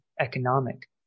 economic